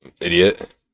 Idiot